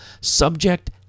Subject